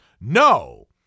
No